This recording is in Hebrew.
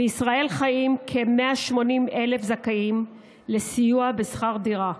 בישראל חיים כ-180,000 זכאים לסיוע בשכר דירה.